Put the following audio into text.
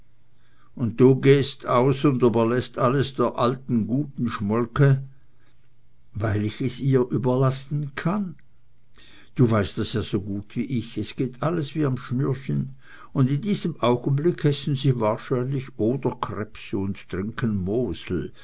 und du gehst aus und überlässest alles der alten guten schmolke weil ich es ihr überlassen kann du weißt das ja so gut wie ich es geht alles wie am schnürchen und in diesem augenblick essen sie wahrscheinlich oderkrebse und trinken mosel